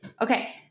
okay